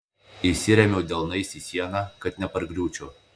įsiremiu delnais į sieną kad nepargriūčiau